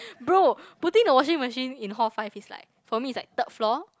bro putting the washing machine in hall five is like for me is like third floor